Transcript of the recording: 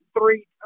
three